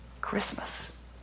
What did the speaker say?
Christmas